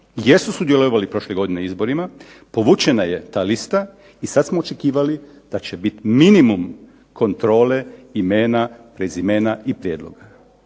jesu sudjelovali prošle godine u izborima, povučena je ta lista i sad smo očekivali da će biti minimum kontrole imena, prezimena i prijedloga.